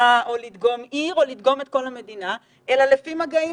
או לדגום עיר או לדגום את כל המדינה אלא לפי מגעים